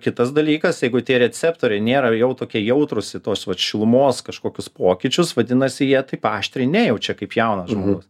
kitas dalykas jeigu tie receptoriai nėra jau tokie jautrūs į tos vat šilumos kažkokius pokyčius vadinasi jie taip aštriai nejaučia kaip jaunas žmogus